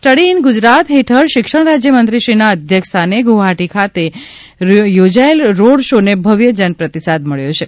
study in Gujarat હેઠળ શિક્ષણ રાજ્ય મંત્રીશ્રીના અધ્યક્ષ સ્થાને ગુવાહાટી ખાતે યોજાયેલ રોડ શોને ભવ્ય જન પ્રતિસાદ મળળ્યો છે